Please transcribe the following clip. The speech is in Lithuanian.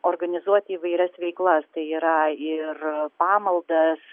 organizuoti įvairias veiklas tai yra ir pamaldas